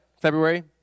February